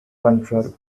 control